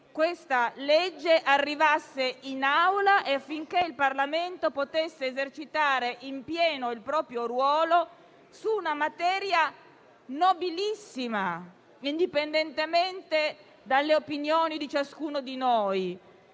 di legge arrivasse in Assemblea e affinché il Parlamento potesse esercitare appieno il proprio ruolo su una materia nobilissima, indipendentemente dalle opinioni di ciascuno di noi,